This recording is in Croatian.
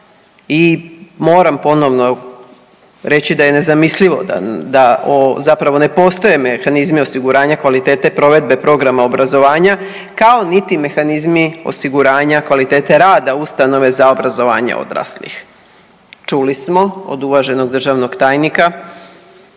i moram ponovno reći da je nezamislivo da zapravo ne postoje mehanizmi osiguranja kvalitete provedbe programa obrazovanja kao niti mehanizmi osiguranja kvalitete rada ustanova za obrazovanje odraslih. Čuli smo od uvaženog državnog tajnika